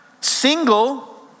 single